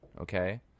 okay